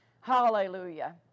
Hallelujah